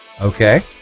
Okay